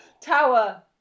Tower